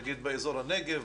נגיד באזור הנגב,